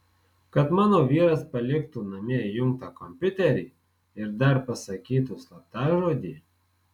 kad mano vyras paliktų namie įjungtą kompiuterį ir dar pasakytų slaptažodį